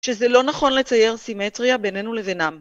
שזה לא נכון לצייר סימטריה בינינו לבינם.